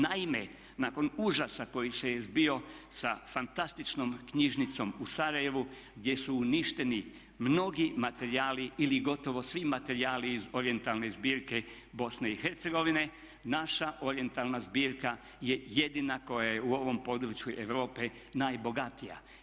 Naime, nakon užasa koji se je zbio sa fantastičnom knjižnicom u Sarajevu gdje su uništeni mnogi materijali ili gotovo svi materijali iz orijentalne zbirke Bosne i Hercegovine, naša orijentalna zbirka je jedina koja je u ovom području Europe najbogatija.